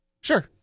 Sure